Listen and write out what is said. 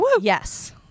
Yes